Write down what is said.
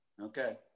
Okay